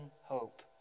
hope